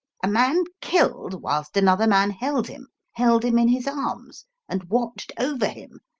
a man killed whilst another man held him held him in his arms and watched over him,